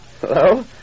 Hello